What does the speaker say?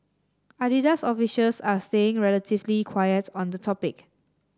Adidas officials are staying relatively quiet on the topic